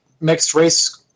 mixed-race